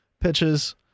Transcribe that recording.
pitches